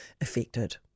affected